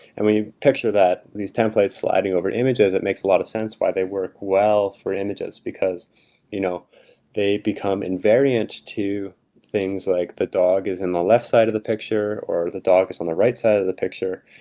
and when picture that, these templates sliding over images, it makes a lot of sense why they work well for images because you know they become invariant to things like the dog is in the left side of the picture or the dog is on the right side of the picture.